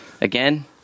Again